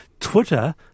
Twitter